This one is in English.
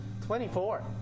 24